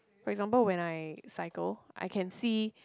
for example when I cycle I can see